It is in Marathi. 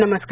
नमस्कार